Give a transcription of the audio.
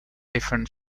different